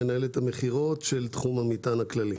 מנהלת המכירות של תחום המטען הכללי.